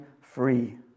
free